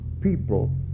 people